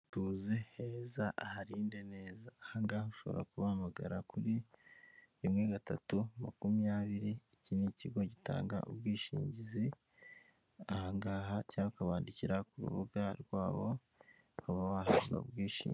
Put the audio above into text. Mutuze heza aharinde neza, aha ngaha ushobora kubahamagara kuri rimwe gatatu makumyabiri, iki ni kigo gitanga ubwishingizi aha ngaha cyangwa ukabandikira ku rubuga rwabo ukaba wahabwa ubwishingizi.